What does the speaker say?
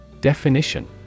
Definition